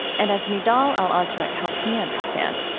and as nidal al-azraq helps me understand,